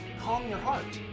calm your heart,